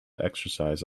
exercise